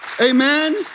Amen